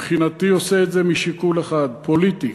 מבחינתי עושה את זה משיקול אחד, פוליטי,